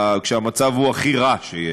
כשהמצב הוא הכי רע שיש,